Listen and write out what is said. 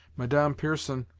madame pierson,